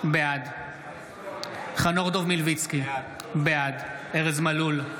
בעד חנוך דב מלביצקי, בעד ארז מלול,